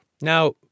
Now